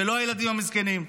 ולא הילדים המסכנים.